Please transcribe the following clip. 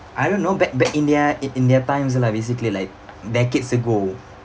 I don't know back back in their in their times lah basically like decades ago